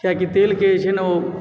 किआकि तेल के जे छै न ओ